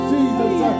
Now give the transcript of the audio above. Jesus